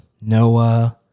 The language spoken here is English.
Noah